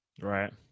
Right